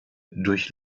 durch